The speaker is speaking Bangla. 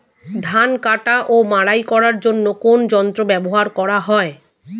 ধান কাটা ও মাড়াই করার জন্য কোন যন্ত্র ব্যবহার করা হয়?